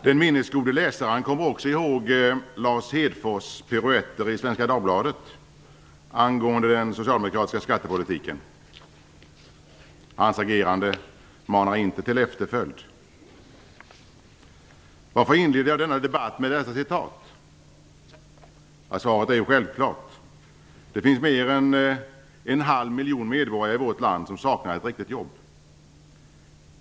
Den minnesgode läsaren kommer också ihåg Lars Hedfors piruetter i Svenska Dagbladet angående den socialdemokratiska skattepolitiken. Hans agerande manar inte till efterföljd. Varför inleder jag denna debatt med dessa citat? Svaret är självklart. Det finns mer än en halv miljon medborgare i vårt land som saknar ett riktigt jobb.